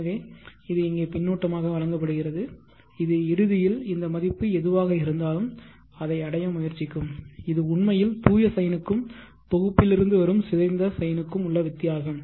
எனவே இது இங்கே பின்னூட்டமாக வழங்கப்படுகிறது இது இறுதியில் இந்த மதிப்பு எதுவாக இருந்தாலும் அதை அடைய முயற்சிக்கும் இது உண்மையில் தூய சைனுக்கும் தொகுப்பிலிருந்து வரும் சிதைந்த சைனுக்கும் உள்ள வித்தியாசம்